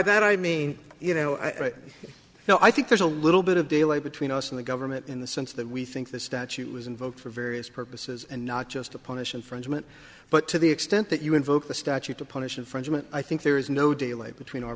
that i mean you know i know i think there's a little bit of daylight between us and the government in the sense that we think the statute was invoked for various purposes and not just to punish infringement but to the extent that you invoke the statute to punish infringement i think there is no daylight between our